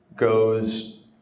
goes